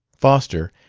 foster,